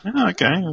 Okay